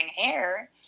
hair